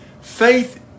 faith